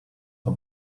are